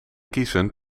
kiezen